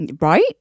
Right